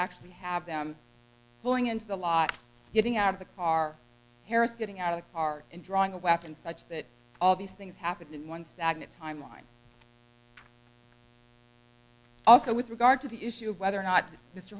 actually have them pulling into the lot getting out of the car harris getting out of art and drawing a weapon such that all these things happen in one stagnant timeline also with regard to the issue of whether or not mr